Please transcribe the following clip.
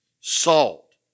salt